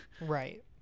right